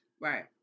Right